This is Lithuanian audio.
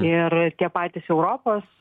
ir tie patys europos